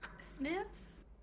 Sniffs